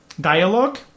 dialogue